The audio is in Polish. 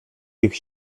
tych